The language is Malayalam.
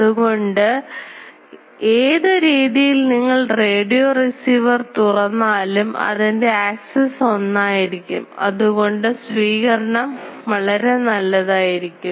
അതുകൊണ്ട് ഉണ്ട് ഏതുരീതിയിൽ നിങ്ങൾ റേഡിയോ റിസീവർ തുറന്നാലും അതിൻറെ ആക്സിസ് ഒന്നായിരിക്കും അതുകൊണ്ട് സ്വീകരണം വളരെ നല്ലതായിരിക്കും